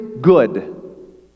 good